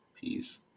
Peace